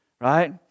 Right